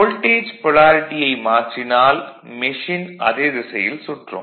voltage பொலாரிட்டியை மாற்றினால் machine அதே திசையில் சுற்றும்